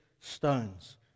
stones